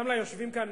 גם ליושבים כאן